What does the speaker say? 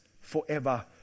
forever